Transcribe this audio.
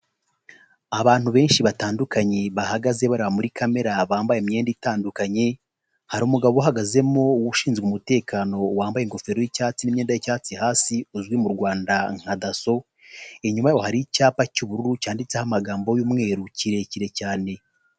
Abantu benshi batandukanye bahagaze barira muri kamera bambaye imyenda itandukanye, hari umugabo uhagazemo ushinzwe umutekano wambaye ingofero y'icyatsi n'imyenda y'icyatsi hasi uzwi mu Rwanda nka daso, inyuma yabo hari icyapa cy'ubururu cyanditseho amagambo y'umweru kirekire cyane.